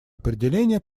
определение